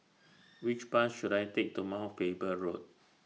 Which Bus should I Take to Mount Faber Road